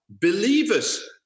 Believers